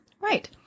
Right